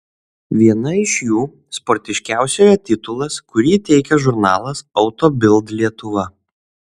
viena iš jų sportiškiausiojo titulas kurį teikia žurnalas auto bild lietuva